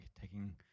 taking